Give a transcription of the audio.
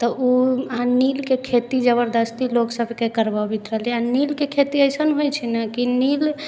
तऽ ओ नीलके खेती जबरदस्ती लोक सबके करबाबैत रहलै आओर नीलके खेती अइसन होइ छै नहि कि नील